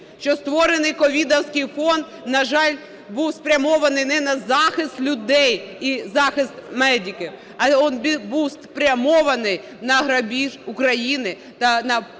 що створений ковідівський фонд, на жаль, був спрямований не на захист людей і захист медиків, а він був спрямований на грабіж України та на повне